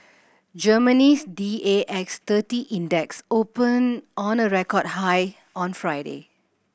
Germany's D A X thirty Index opened on a record high on Friday